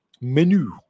menu